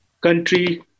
country